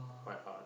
my heart